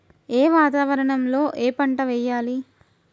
ఏ వాతావరణం లో ఏ పంట వెయ్యాలి?